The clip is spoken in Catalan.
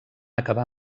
acabar